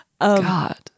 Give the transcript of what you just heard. God